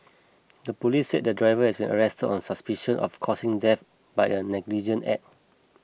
the police said the driver has been arrested on suspicion of causing death by a negligent act